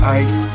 ice